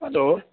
hello